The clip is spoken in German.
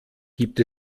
gibt